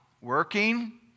working